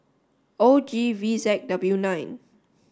O G V Z W nine